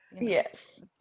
Yes